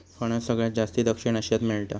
फणस सगळ्यात जास्ती दक्षिण आशियात मेळता